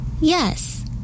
Yes